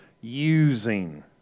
using